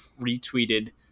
retweeted